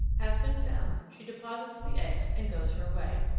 has been found she deposits the eggs and goes her way.